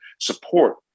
support